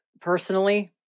personally